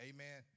Amen